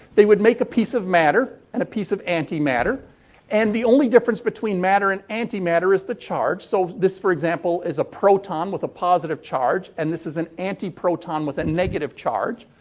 they would make a piece of matter and a piece of anti-matter. and, the only difference between matter and anti-matter is the charge. so, this, for example, is a proton with a positive charge and this is an anti-proton with a negative charge.